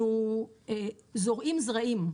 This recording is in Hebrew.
אנחנו זורעים זרעים,